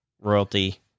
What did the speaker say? royalty